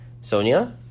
sonia